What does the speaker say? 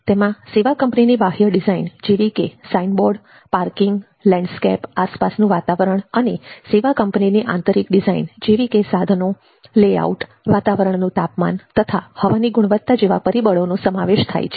તેમાં સેવા કંપનીની બાહ્ય ડિઝાઇન જેવી કે સાઇનબોર્ડ પાર્કિંગ લેન્ડસ્કેપ આસપાસનું વાતાવરણ અને સેવા કંપનીની આંતરિક ડિઝાઇન જેવી કે સાધનો લેઆઉટ વાતાવરણનું તાપમાન તથા હવાની ગુણવત્તા જેવાં પરિબળોનો સમાવેશ થાય છે